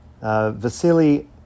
Vasily